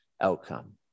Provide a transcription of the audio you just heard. outcome